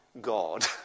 God